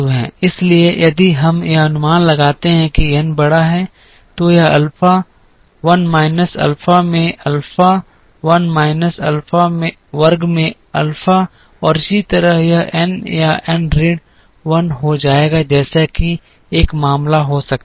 इसलिए यदि हम यह अनुमान लगाते हैं कि n बड़ा है तो यह अल्फा 1 minus अल्फा में अल्फा 1 minus अल्फा वर्ग में अल्फा और इसी तरह यह n या n ऋण 1 हो जाएगा जैसा कि एक मामला हो सकता है